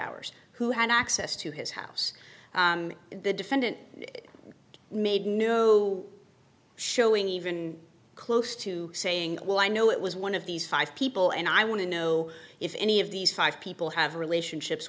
hours who had access to his house the defendant made no showing even close to saying well i know it was one of these five people and i want to know if any of these five people have relationships